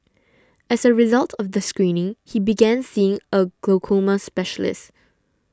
as a result of the screening he began seeing a glaucoma specialist